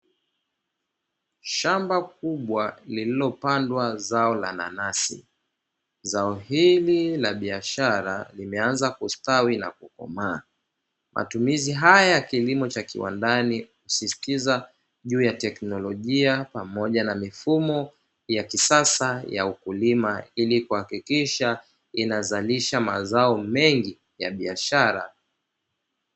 Shamba walilopandwa zao na nanasi ri na biashara imeanza kustawi na matumizi haya ya kilimo cha kiwandani kusisitiza juu ya teknolojia pamoja na mifumo ya kisasa ya ukulima ili kuhakikisha inazalisha mazao mengi ya biashara